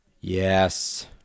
Yes